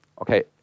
Okay